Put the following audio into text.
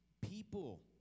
people